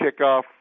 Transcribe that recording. kickoff